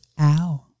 Ow